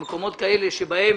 למקומות כאלה שבהם